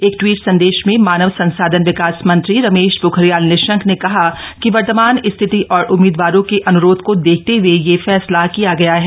एक ट्वीट संदेश में मानव संसाधन विकास मंत्री रमेश पोखरियाल निशंक ने कहा कि वर्तमान स्थिति और उम्मीदवारों के अनुरोध को देखते हुए यह फैसला किया गया है